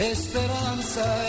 Esperanza